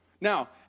Now